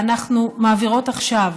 ואנחנו מעבירות עכשיו